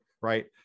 Right